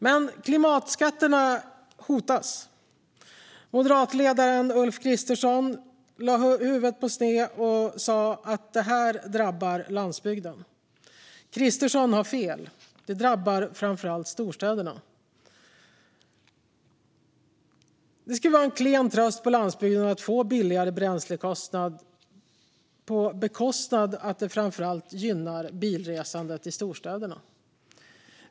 Men klimatskatterna hotas. Moderatledaren Ulf Kristersson lade huvudet på sned och sa att det här drabbar landsbygden. Kristersson har fel: Det drabbar framför allt storstäderna. Det skulle vara en klen tröst för landsbygden att få billigare bränslekostnad på bekostnad av att det framför allt gynnar bilresandet i storstäderna.